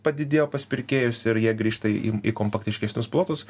padidėjo pas pirkėjus ir jie grįžta į į kompaktiškesnius plotus